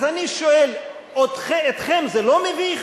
אז, אני שואל: אתכם זה לא מביך?